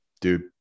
dude